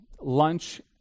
lunch